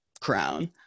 crown